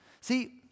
See